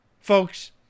Folks